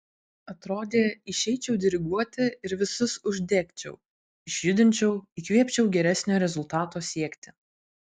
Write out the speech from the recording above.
atrodė išeičiau diriguoti ir visus uždegčiau išjudinčiau įkvėpčiau geresnio rezultato siekti